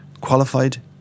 qualified